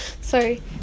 sorry